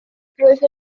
roedd